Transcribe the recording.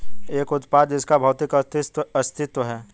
एक उत्पाद जिसका भौतिक अस्तित्व है?